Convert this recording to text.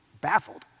baffled